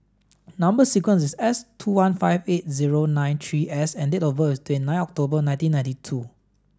number sequence is S two one five eight zero nine three S and date of birth is twenty nine of October nineteen ninety two